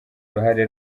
uruhare